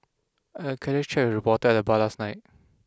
I had a casual chat with a reporter at the bar last night